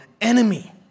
enemy